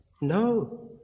No